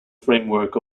framework